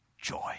joy